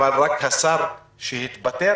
אבל רק השר שהתפטר?